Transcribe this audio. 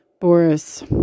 Boris